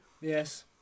Yes